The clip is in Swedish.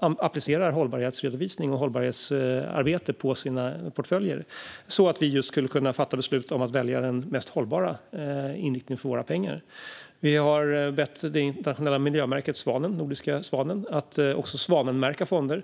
applicerar hållbarhetsredovisning och hållbarhetsarbete på sina portföljer, så att vi skulle kunna fatta beslut om den hållbaraste inriktningen för våra pengar. Vi har bett det internationella miljömärket Svanen, den nordiska Svanen, att också svanmärka fonder.